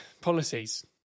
policies